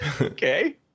Okay